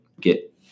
get